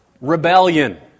rebellion